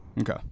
Okay